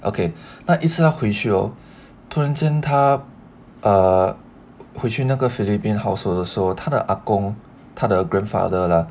okay 那一次他回去突然间他回去那个 philippine household 的时候他的 ah gong 他的 grandfather lah